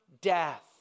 death